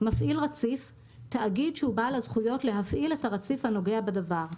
"מפעיל רציף" תאגיד שהוא בעל הזכויות להפעיל את הרציף הנוגע בדבר,